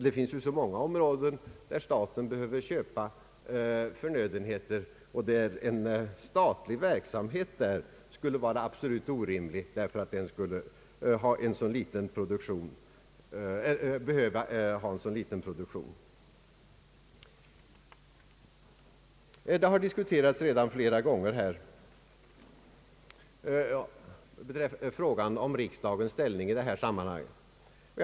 Det finns ju så många områden där staten behöver köpa förnödenheter och där en statlig verksamhet skulle vara absolut orimlig därför att den skulle behöva ha en så liten produktion att den bleve för dyr. Frågan om riksdagens ställning i detta sammanhang har redan diskuterats flera gånger.